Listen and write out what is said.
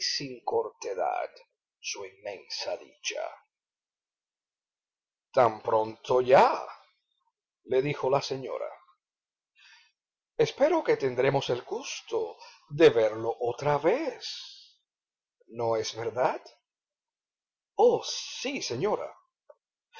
sin cortedad su inmensa dicha tan pronto ya le dijo la señora espero que tendremos el gusto de verlo otra vez no es verdad oh sí señora